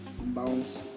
bounce